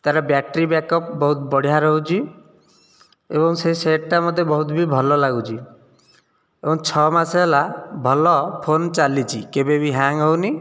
ତାର battery backup ବହୁତ ବଢ଼ିଆ ରହୁଛି ଏବଂ ସେ ସେଟ୍ଟା ମୋତେ ବହୁତ ବି ଭଲ ଲାଗୁଛି ଏବଂ ଛଅ ମାସ ହେଲା ଭଲ ଫୋନ ଚାଲିଛି କେବେ ବି ହ୍ୟାଙ୍ଗ ହେଉନି